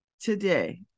today